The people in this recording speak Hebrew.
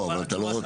או חבר וועדה.